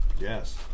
Yes